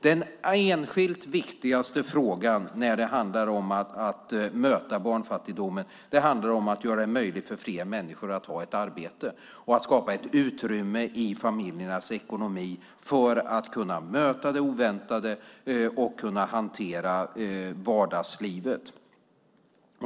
Den enskilt viktigaste frågan när det handlar om att möta barnfattigdomen är att göra det möjligt för fler människor att ha ett arbete och att skapa ett utrymme i familjernas ekonomi för att kunna möta det oväntade och kunna hantera vardagslivet.